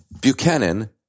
Buchanan